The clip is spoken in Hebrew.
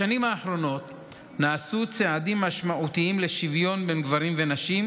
בשנים האחרונות נעשו צעדים משמעותיים לשוויון בין גברים ונשים,